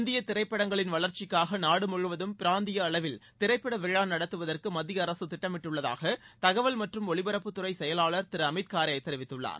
இந்திய திரைப்படங்களின் வளர்ச்சிக்காக நாடு முழுவதும் பிராந்திய அளவில் திரைப்பட விழா நடத்துவதற்கு மத்திய அரசு திட்டமிட்டுள்ளதாக தகவல் மற்றும் ஒலிபரப்புத்துறை செயலாளர் திரு அமித் காரே தெரிவித்துள்ளார்